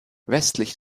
westlich